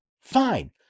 Fine